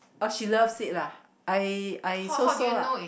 oh she loves it lah I I so so lah